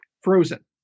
frozen